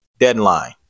deadline